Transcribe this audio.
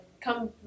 come